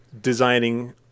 designing